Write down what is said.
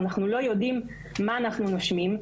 או אנחנו לא יודעים מה אנחנו נושמים.